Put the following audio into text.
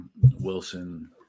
Wilson